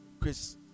Chris